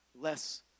less